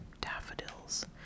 daffodils